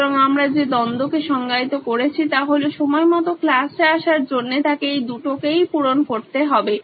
সুতরাং আমরা যে দ্বন্দ্বকে সংজ্ঞায়িত করেছি তা হলো সময়মতো ক্লাসে আসার জন্যে তাকে এই দুটোকেই পূরণ করতে হবে